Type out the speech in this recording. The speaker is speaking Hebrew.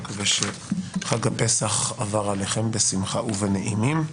אני מקווה שחג הפסח עבר עליכם בשמחה ובנעימים.